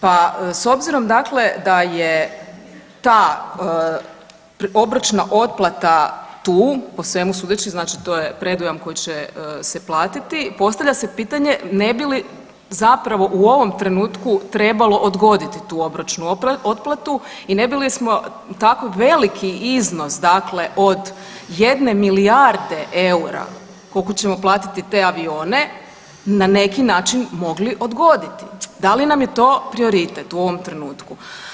Pa s obzirom dakle da je ta obročna otplata tu po svemu sudeći, znači to je predujam koji će se platiti, postavlja se pitanje ne bi li zapravo u ovom trenutku trebalo odgoditi tu obročnu odgodu i ne bi li smo tako veliki iznos dakle od jedne milijarde eura koliko ćemo platiti te avione na neki način mogli odgoditi, da li nam je to prioritet u ovom trenutku?